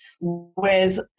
Whereas